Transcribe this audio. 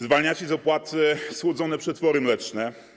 Zwalniacie z opłaty słodzone przetwory mleczne.